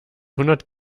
hundert